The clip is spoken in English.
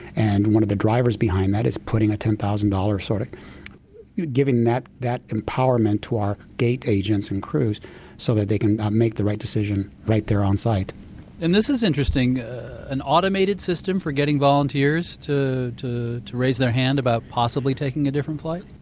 and one of the drivers behind that is putting a ten thousand dollars sort of giving that that empowerment to our gate agents and crews so that they can make the right decision right there onsite and this is interesting an automated system for getting volunteers to to raise their hand about possibly taking a different flight?